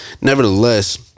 nevertheless